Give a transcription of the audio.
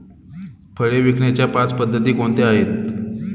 फळे विकण्याच्या पाच पद्धती कोणत्या आहेत?